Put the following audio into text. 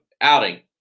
outing